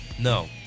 No